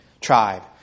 tribe